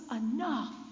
enough